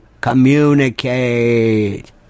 communicate